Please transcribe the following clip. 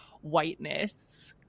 whiteness